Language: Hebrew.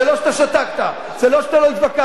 זה לא שאתה שתקת, זה לא שאתה לא התווכחת.